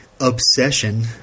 Obsession